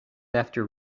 after